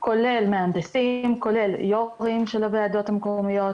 כולל מהנדסים, כולל יו"ר של הועדות המקומיות,